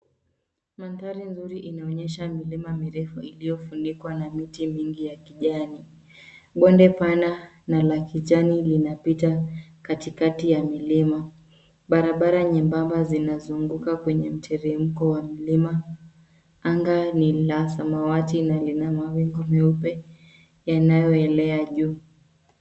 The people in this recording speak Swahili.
Mandhari mzuri inaonyesha milima mirefu iliyofunikwa na kiti mingi ya kijani. Bonde pana na la kijani linapita katikati ya milima. Barabara nyembamba zinzunguka kwenye miteremko ya milima. Anga ni la samawati na ina mawingu meupe yanayoenea juu.